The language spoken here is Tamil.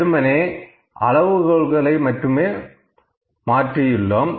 வெறுமனே அளவுகோல்களை மாற்றியுள்ளோம்